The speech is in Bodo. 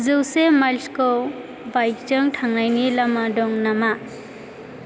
जौसे माइल्सखौ बाइकजों थांनायनि लामा दं नामा